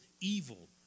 evil